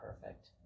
perfect